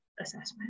assessment